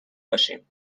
باشیم